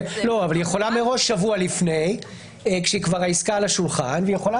היא יכולה מראש שבוע לפני כאשר העסקה כבר על השולחן והיא יכולה